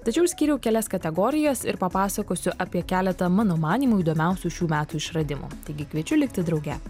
tačiau išskyriau kelias kategorijas ir papasakosiu apie keletą mano manymu įdomiausių šių metų išradimų taigi kviečiu likti drauge